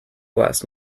last